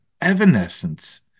Evanescence